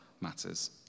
matters